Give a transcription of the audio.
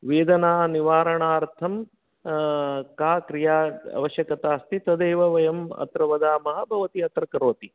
वेदनानिवारणार्थं का क्रिया आवश्यकता अस्ति तदेव वयम् अत्र वदामः भवती अत्र करोति